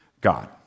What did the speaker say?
God